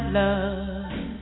love